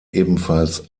ebenfalls